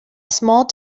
small